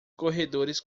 corredores